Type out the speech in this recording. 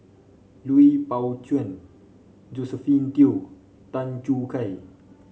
Lui Pao Chuen Josephine Teo Tan Choo Kai